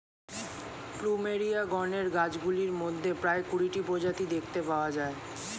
plumeria গণের গাছগুলির মধ্যে প্রায় কুড়িটি প্রজাতি দেখতে পাওয়া যায়